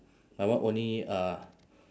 my one only uh